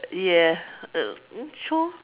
yes uh true